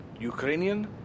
Ukrainian